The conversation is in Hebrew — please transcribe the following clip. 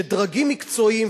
שדרגים מקצועיים,